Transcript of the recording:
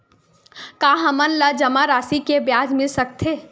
का हमन ला जमा राशि से ब्याज मिल सकथे?